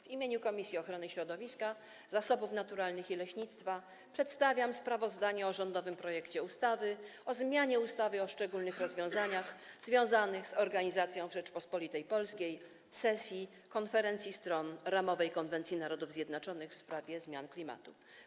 W imieniu Komisji Ochrony Środowiska, Zasobów Naturalnych i Leśnictwa przedstawiam sprawozdanie o rządowym projekcie ustawy o zmianie ustawy o szczególnych rozwiązaniach związanych z organizacją w Rzeczypospolitej Polskiej sesji Konferencji Stron Ramowej konwencji Narodów Zjednoczonych w sprawie zmian klimatu.